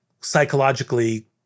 psychologically